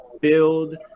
build